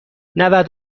نود